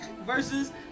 versus